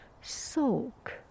soak